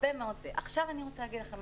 אני רוצה לדבר על